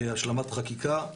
השלמת חקיקה,